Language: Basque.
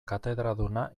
katedraduna